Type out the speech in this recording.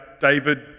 David